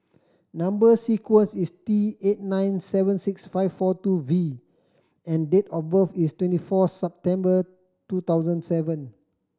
number sequence is T eight nine seven six five four two V and date of birth is twenty four September two thousand seven